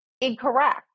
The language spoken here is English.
incorrect